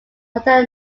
hunter